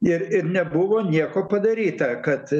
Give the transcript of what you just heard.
ir ir nebuvo nieko padaryta kad